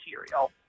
material